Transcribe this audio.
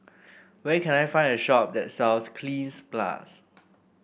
where can I find a shop that sells Cleanz Plus